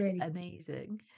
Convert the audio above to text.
amazing